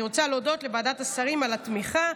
אני רוצה להודות לוועדת השרים על התמיכה.